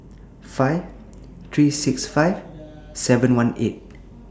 five three six five seven one eight